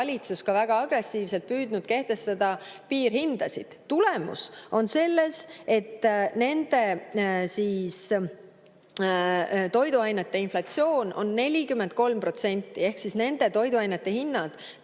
valitsus ka väga agressiivselt püüdnud kehtestada piirhindasid. Tulemus on see, et nende toiduainete inflatsioon on 43%. Ehk siis nende toiduainete hinnad